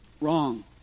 wrong